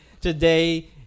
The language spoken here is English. Today